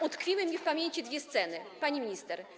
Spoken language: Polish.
Utkwiły mi w pamięci dwie sceny, pani minister.